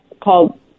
called